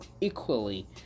equally